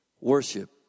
worship